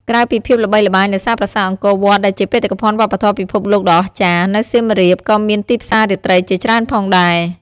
ក្រៅពីភាពល្បីល្បាញដោយសារប្រាសាទអង្គរវត្ត ដែលជាបេតិកភណ្ឌវប្បធម៌ពិភពលោកដ៏អស្ចារ្យ នៅសៀមរាបក៏មានទីផ្សាររាត្រីជាច្រើនផងដែរ។